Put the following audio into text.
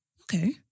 Okay